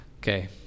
Okay